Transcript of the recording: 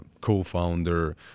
co-founder